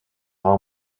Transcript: rend